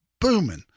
booming